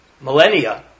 millennia